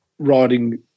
Writing